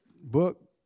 book